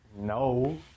no